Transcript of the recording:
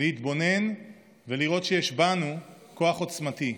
להתבונן ולראות שיש בנו כוח עוצמתי.